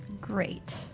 great